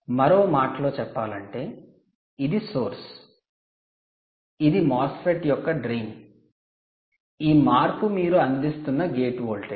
మరో మాటలో చెప్పాలంటే ఇది సోర్స్ ఇది MOSFET యొక్క డ్రైన్ ఈ మార్పు మీరు అందిస్తున్న గేట్ వోల్టేజ్